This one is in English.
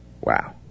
Wow